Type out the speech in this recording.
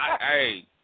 hey